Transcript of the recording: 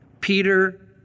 peter